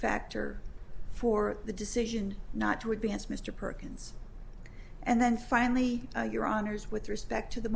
factor for the decision not to advance mr perkins and then finally your honour's with respect to the